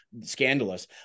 scandalous